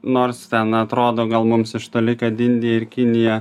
nors ten atrodo gal mums iš toli kad indija ir kinija